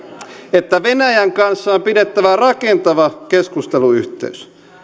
että venäjän kanssa on pidettävä rakentava keskusteluyhteys